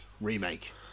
remake